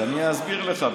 אז אני אסביר לך.